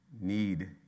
need